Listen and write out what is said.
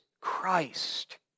Christ